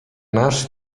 nasz